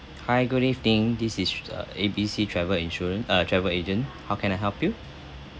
hi good evening this is uh A B C travel insurance uh travel agent how can I help you